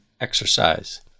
exercise